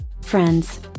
friends